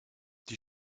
die